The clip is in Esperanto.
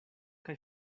kaj